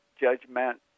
judgment